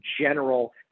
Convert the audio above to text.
general